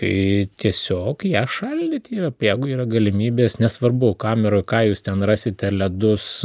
tai tiesiog ją šaldyt yra jeigu yra galimybės nesvarbu kameroj ką jūs ten rasite ledus